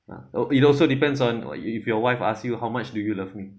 ah oh it also depends on if if your wife ask you how much do you love me